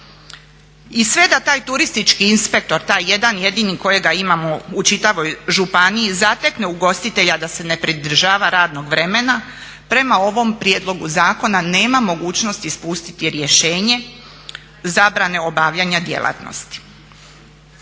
I sve da taj turistički inspektor, taj jedan jedini kojega imamo u čitavoj županiji zatekne ugostitelja da se ne pridržava radnog vremena prema ovom prijedlogu zakona nema mogućnosti ispustiti rješenje zabrane obavljanja djelatnosti.